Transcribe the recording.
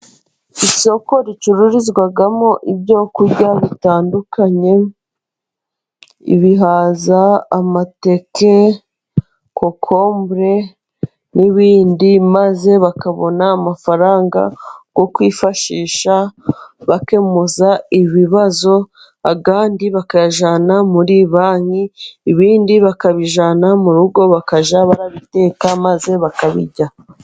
Isoko ricururizwamo ibyo kurya bitandukanye, ibihaza, amateke, kokombure n'ibindi, maze bakabona amafaranga yo kwifashisha bakemuza ibibazo, ayandi bakayajyana muri banki, ibindi bakabijyana mu rugo bakajya babiteka maze bakabirya.